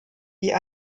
die